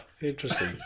Interesting